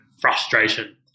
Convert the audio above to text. frustration